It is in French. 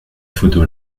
photo